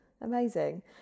Amazing